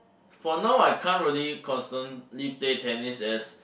for now I can't really constantly play tennis as